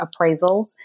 appraisals